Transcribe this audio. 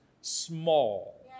small